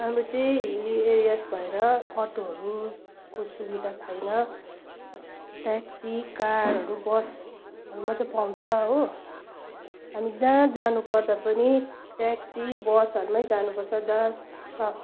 हाम्रो चाहिँ hill areas भएर अटोहरूको सुविधा छैन ट्याक्सी कारहरू बसहरू मात्रै पाउँछ हो अनि जहाँ जानुपर्दा पनि ट्याक्सी बसहरूमै जानुपर्छ जहाँ स